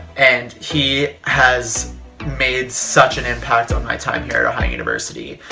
and he has made such an impact on my time here at ohio university.